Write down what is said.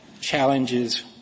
challenges